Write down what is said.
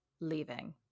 leaving